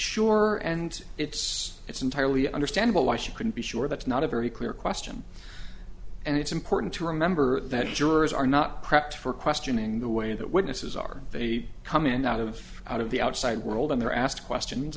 sure and it's it's entirely understandable why she couldn't be sure that's not a very clear question and it's important to remember that jurors are not prepped for questioning the way that witnesses are they come in and out of out of the outside world and they're asked questions